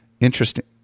Interesting